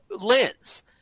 lens